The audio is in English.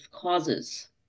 causes